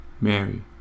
Mary